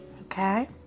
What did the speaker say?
okay